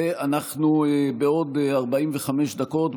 ובעוד 45 דקות,